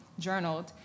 journaled